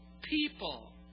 people